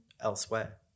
elsewhere